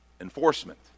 enforcement